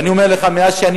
ואני אומר לך, מאז אני